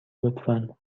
لطفا